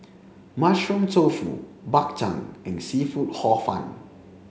mushroom tofu Bak Bhang and seafood hor fun